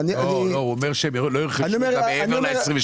הוא אומר שהם לא ירכשו מעבר ל-28 אחוזים.